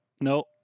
no